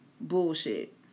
bullshit